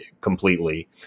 completely